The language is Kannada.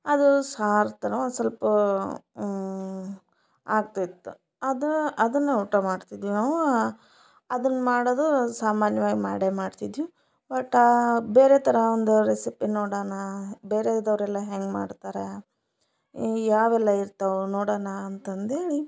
ಅದು ಸಾರು ಥರ ಒಂದ್ಸೊಲ್ಪ ಆಗ್ತಾಯಿತ್ತು ಅದ ಅದನ್ನು ಊಟ ಮಾಡ್ತಿದ್ವಿ ನಾವು ಅದನ್ನು ಮಾಡೋದು ಸಾಮಾನ್ಯವಾಗಿ ಮಾಡೇ ಮಾಡ್ತಿದ್ವಿ ಒಟ್ಟು ಬೇರೆ ಥರ ಒಂದು ರೆಸಿಪಿ ನೋಡೋಣ ಬೇರೆಯೋರೆಲ್ಲ ಹೆಂಗೆ ಮಾಡ್ತಾರೆ ಯಾವೆಲ್ಲ ಇರ್ತಾವೆ ನೋಡೋಣ ಅಂತಂದೇಳಿ